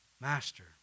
Master